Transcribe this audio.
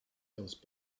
those